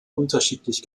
unterschiedlich